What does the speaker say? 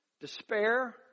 despair